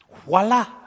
Voila